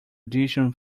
audition